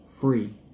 free